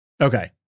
Okay